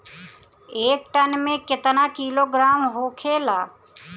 एक टन मे केतना किलोग्राम होखेला?